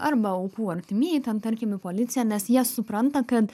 arba aukų artimieji ten tarkim į policiją nes jie supranta kad